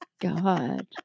God